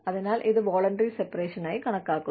അതിനാൽ ഇത് voluntary separation ആയി കണക്കാക്കുന്നു